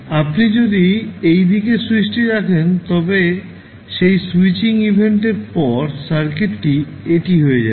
আপনি যদি এই দিকে এই স্যুইচটি রাখেন তবে সেই স্যুইচিং ইভেন্টের পরে সার্কিটটি এটি হয়ে যাবে